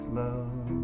love